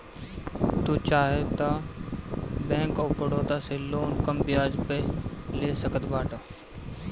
तू चाहअ तअ बैंक ऑफ़ बड़ोदा से लोन कम बियाज पअ ले सकत बाटअ